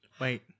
wait